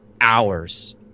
hours